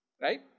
Right